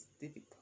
difficult